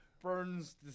burns